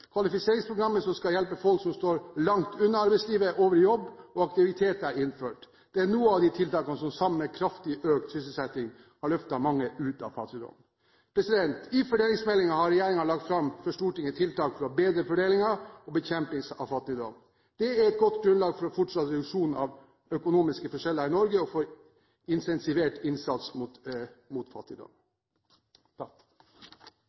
Kvalifiseringsprogrammet som skal hjelpe folk som står langt unna arbeidslivet, over i jobb og aktivitet, er innført. Dette er noen av tiltakene som sammen med kraftig økt sysselsetting har løftet mange ut av fattigdom. I fordelingsmeldingen har regjeringen lagt fram for Stortinget tiltak for bedre fordeling og bekjempelse av fattigdom. Dette er et godt grunnlag for fortsatt reduksjon i økonomiske forskjeller i Norge og for intensivert innsats mot fattigdom.